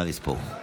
נא לספור.